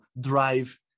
drive